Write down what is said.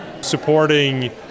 supporting